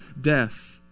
death